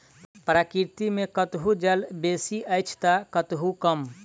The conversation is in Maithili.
प्रकृति मे कतहु जल बेसी अछि त कतहु कम